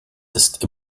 ist